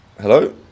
Hello